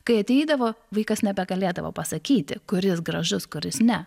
kai ateidavo vaikas nebegalėdavo pasakyti kuris gražus kuris ne